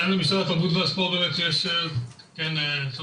במשרד התרבות והספורט יש לנו תאגיד,